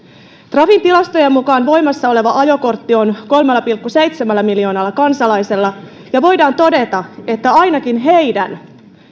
trafin tilastojen mukaan voimassa oleva ajokortti on kolmella pilkku seitsemällä miljoonalla kansalaisella ja voidaan todeta että ainakin heidän